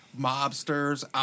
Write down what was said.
mobsters